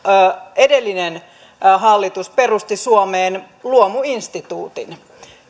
edellinen hallitus perusti suomeen luomuinstituutin